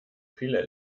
viele